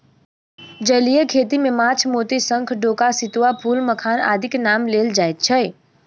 जलीय खेती मे माछ, मोती, शंख, डोका, सितुआ, फूल, मखान आदिक नाम लेल जाइत छै